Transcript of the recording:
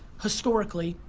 historically,